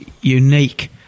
unique